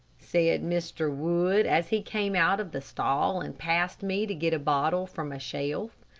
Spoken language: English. said mr. wood, as he came out of the stall and passed me to get a bottle from a shelf.